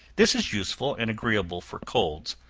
this is useful and agreeable for colds,